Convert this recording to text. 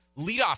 leadoff